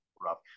rough